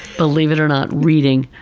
believe it or not, reading.